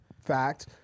Fact